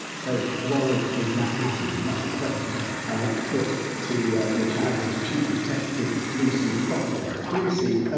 so, why is that happening? well that's the question i want to put to the charity's chief executive, lucy proctor lucy, ah